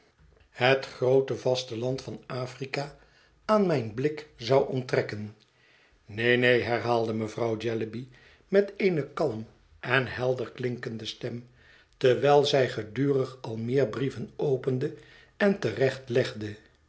het groote vasteland van afrika aan mijn blik zou onttrekken neen neen herhaalde mevrouw jellyby met eene kalm en helder klinkende stem terwijl zij gedurig al meer brieven opende en terecht